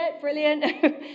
brilliant